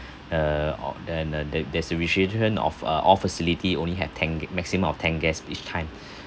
uh or then uh there there's a restriction of uh all facility only have ten gu~ maximum of ten guests each time